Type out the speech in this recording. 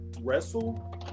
wrestle